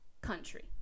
country